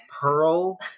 Pearl